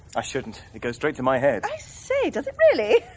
i shouldn't it goes straight to my head. i say, does it really?